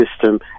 system